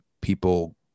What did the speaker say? people